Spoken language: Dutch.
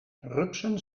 rupsen